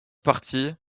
partie